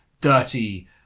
dirty